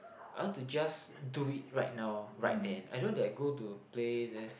I want to just do it right now right then I don't want that I go to a place there